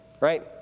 Right